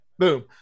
Boom